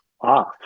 off